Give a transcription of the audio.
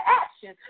action